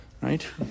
right